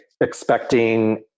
expecting